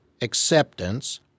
acceptance